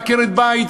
לעקרת-בית.